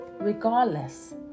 regardless